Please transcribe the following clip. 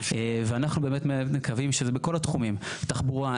ואנחנו מקווים שזה יקרה בכל התחומים בתחבורה,